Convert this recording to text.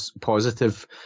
positive